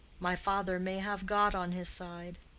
my father may have god on his side.